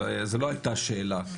זה לא הייתה שאלה.